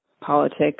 politics